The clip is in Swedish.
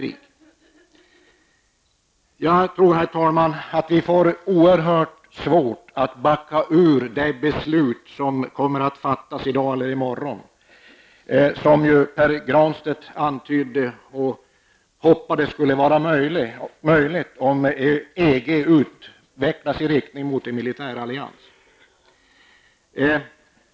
Jag tror att vi kommer att få oerhört svårt att backa ur det beslut som kommer att fattas i dag eller i morgon. Pär Granstedt antydde en förhoppning om att det skulle vara möjligt om EG utvecklas i riktning mot en militär allians.